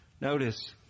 Notice